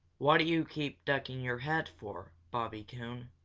what do you keep ducking your head for, bobby coon?